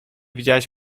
widziałaś